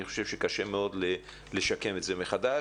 אני חושב שקשה מאוד לשקם את זה מחדש.